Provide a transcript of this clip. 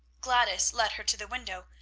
gladys led her to the window.